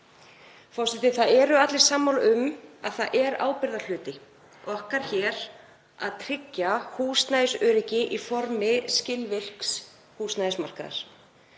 Forseti. Það eru allir sammála um að það er ábyrgðarhluti okkar hér að tryggja húsnæðisöryggi í formi skilvirks húsnæðismarkaðar.